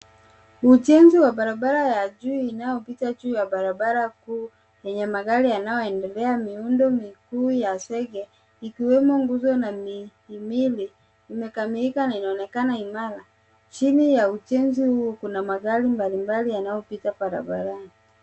Ujenzi wa barabara ya juu inayopita juu ya barabara kuu yenye magari yanayoendela. Miundo mikuu ya zege, ikiwemo nguzo na mihimili imekamilika na inaonekana imara. Chini ya ujenzi huu kuna magari mbalimbali yanayopita barabarani.